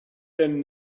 than